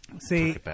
See